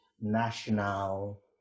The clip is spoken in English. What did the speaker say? national